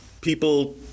people